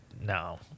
No